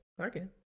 okay